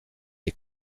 les